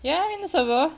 ya in the server